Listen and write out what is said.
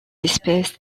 espèce